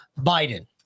Biden